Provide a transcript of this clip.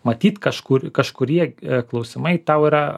matyt kažkur kažkurie klausimai tau yra